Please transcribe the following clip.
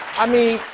i mean,